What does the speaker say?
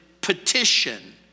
petition